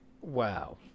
Wow